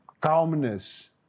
calmness